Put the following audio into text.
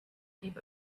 keep